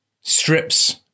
strips